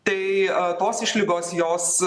tai tos išlygos jos